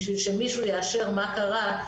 בשביל שמישהו יאשר מה קרה,